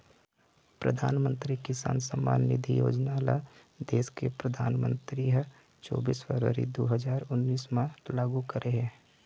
परधानमंतरी किसान सम्मान निधि योजना ल देस के परधानमंतरी ह चोबीस फरवरी दू हजार उन्नीस म लागू करे हे